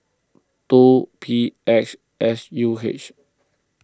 two P X S U H